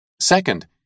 Second